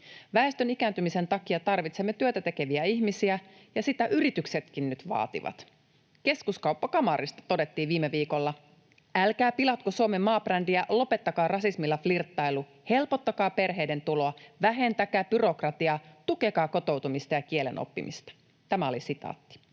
Väestön ikääntymisen takia tarvitsemme työtä tekeviä ihmisiä, ja sitä yrityksetkin nyt vaativat. Keskuskauppakamarista todettiin viime viikolla: ”Älkää pilatko Suomen maabrändiä, lopettakaa rasismilla flirttailu. Helpottakaa perheiden tuloa, vähentäkää byrokratiaa ja tukekaa kotoutumista ja kielen oppimista.” Miksi töitä